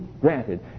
Granted